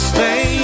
Stay